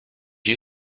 you